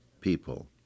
people